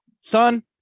Son